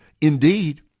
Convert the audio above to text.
Indeed